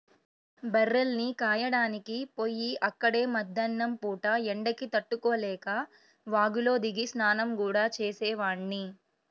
బర్రెల్ని కాయడానికి పొయ్యి అక్కడే మద్దేన్నం పూట ఎండకి తట్టుకోలేక వాగులో దిగి స్నానం గూడా చేసేవాడ్ని